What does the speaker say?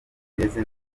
imeze